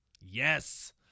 Yes